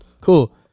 Cool